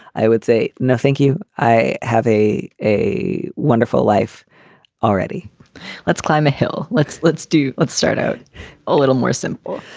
i would say, no, thank you. i have a a wonderful life already let's climb a hill. let's let's do. let's start out a little more simple.